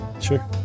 Sure